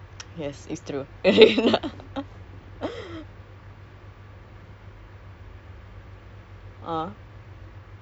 actually ya pretty I think because jurong my area jurong west kan uh banyak